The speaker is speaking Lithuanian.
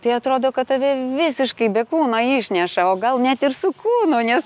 tai atrodo kad tave visiškai be kūno išneša o gal net ir su kūnu nes